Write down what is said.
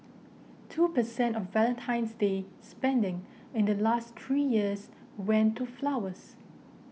two percent of Valentine's Day spending in the last three years went to flowers